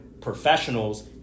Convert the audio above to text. professionals